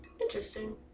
Interesting